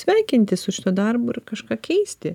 sveikinti su šituo darbu ir kažką keisti